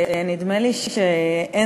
נדמה לי שמכל הדברים שנאמרו עד עכשיו,